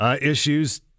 issues